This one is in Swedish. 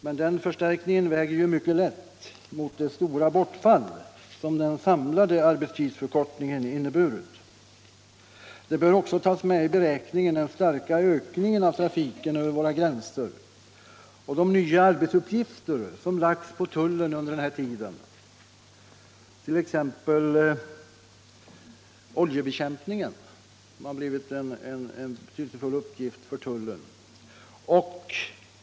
Men den förstärkningen väger ju mycket lätt mot det stora bortfall som den samlade arbetstidsförkortningen inneburit. Man bör också ta med i beräkningen den starka ökningen av trafiken över våra gränser och de nya arbetsuppgifter som lagts på tullen under den här tiden, t.ex. oljebekämpningen, som har blivit en betydelsefull uppgift för tullen.